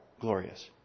glorious